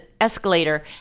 escalator